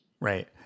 Right